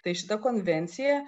tai šita konvencija